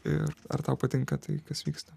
ir ar tau patinka tai kas vyksta